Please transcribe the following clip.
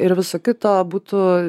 ir viso kito būtų